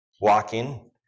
walking